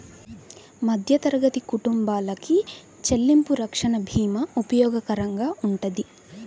మధ్యతరగతి కుటుంబాలకి చెల్లింపు రక్షణ భీమా ఉపయోగకరంగా వుంటది